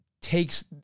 takes